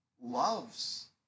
loves